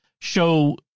show